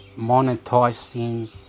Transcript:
monetizing